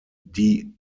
die